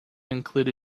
include